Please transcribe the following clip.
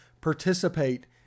participate